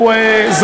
לי.